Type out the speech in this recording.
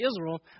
Israel